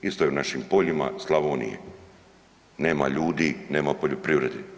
Isto je u našim poljima Slavoniji, nema ljudi, nema poljoprivrede.